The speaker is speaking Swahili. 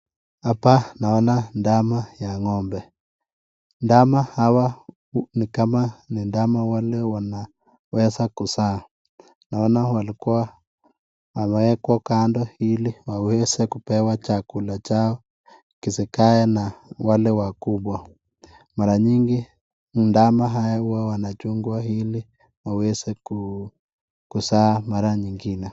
Hapa naona ndama ya ngombe ndama hawa ni kama ni ndama wale waneweza kuzaa naona walikuwa wamewekwa hili waweze kupewa chakula chao kizikaya na wale wakubwa mara nyingi ndama ndama hwa wanadikwa hili waweze kuzaa mara nyingine.